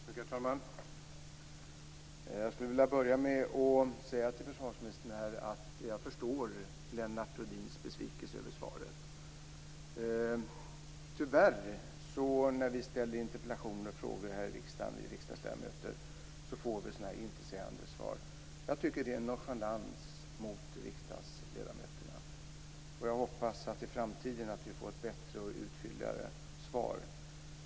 Tack herr talman! Jag vill börja med att säga till försvarsministern att jag förstår Lennart Rohdins besvikelse över svaret. När vi riksdagsledamöter ställer frågor här i riksdagen får vi tyvärr sådana intetsägande svar. Jag tycker att det är nonchalant mot riksdagsledamöterna. Jag hoppas att vi i framtiden får ett bättre och fylligare svar.